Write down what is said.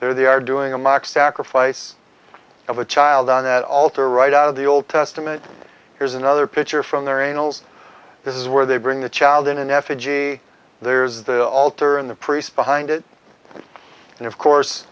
there they are doing a mock sacrifice of a child on that altar right out of the old testament here's another picture from their angels this is where they bring the child in an effigy there is the altar and the priest behind it and of course